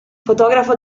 fotografo